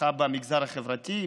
הצלחה במגזר החברתי,